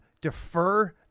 defer